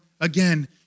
again